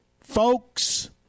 folks